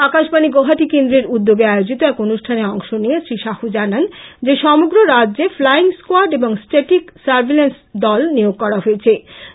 আকাশবাণী গৌহাটি কেন্দ্রের উদ্যোগে আয়োজিত এক অনুষ্ঠানে অংশ নিয়ে শ্রী শাহু জানান যে সমগ্র রাজ্যে ফ্লাইং স্কোয়াড এবং ষ্টেটিক সার্ভিলেন্স দল নিয়োগ করা হয়েছে